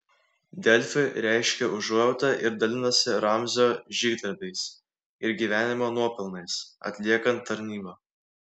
delfi reiškia užuojautą ir dalinasi ramzio žygdarbiais ir gyvenimo nuopelnais atliekant tarnybą